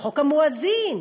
לחוק המואזין,